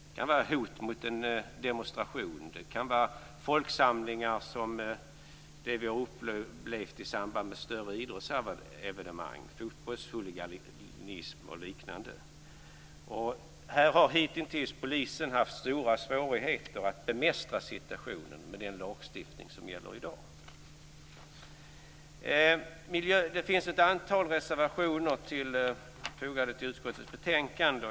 Det kan vara hot mot en demonstration eller folksamlingar som sådana vi har upplevt i samband med större idrottsevenemang, fotbollshuliganism och liknande. Här har hitintills polisen haft stora svårigheter att bemästra situationen med den lagstiftning som gäller i dag. Det finns ett antal reservationer fogade till utskottets betänkande.